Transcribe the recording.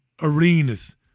arenas